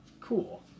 Cool